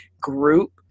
group